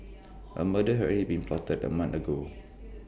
A murder had already been plotted A month ago